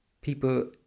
People